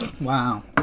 Wow